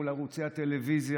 מול ערוצי הטלוויזיה,